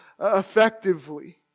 effectively